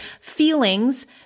feelings